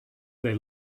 they